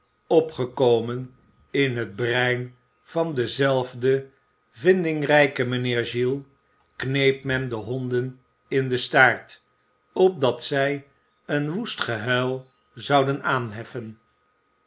opgekomen in het brein van denzelfden vindingrijken mijnheer giles kneep men de honden in den staart opdat zij een woest gehuil zouden aanheffen